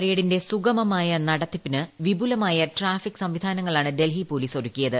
പരേഡിന്റെ സുഗമമായ നടത്തിപ്പിന് വിപുലമായ ട്രാഫിക് സംവിധാനങ്ങളാണ് ഡൽഹി പോലീസ് ഒരുക്കിയത്